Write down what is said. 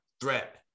threat